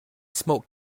smoke